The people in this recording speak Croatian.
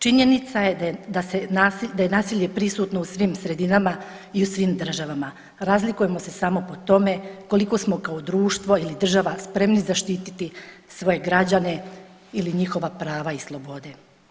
Činjenica je da je nasilje prisutno u svim sredinama i u svim državama, razlikujemo se samo po tome koliko smo kao društvo ili država spremni zaštiti svoje građane ili njihova prava i slobode.